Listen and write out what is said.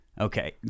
Okay